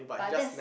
but that's